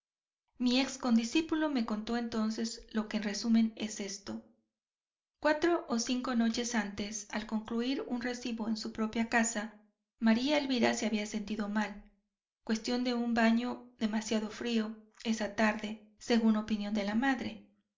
mi ex condiscípulo me contó entonces lo que en resumen es esto cuatro o cinco noches antes al concluir un recibo en su propia casa maría elvira se había sentido mal cuestión de un baño demasiado frío esa tarde según opinión de la madre